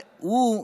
הוא,